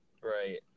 right